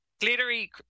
glittery